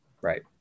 right